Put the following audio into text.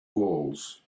walls